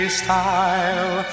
style